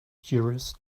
curious